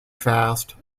fast